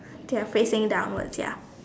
okay they're facing downwards ya